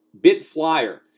BitFlyer